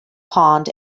pond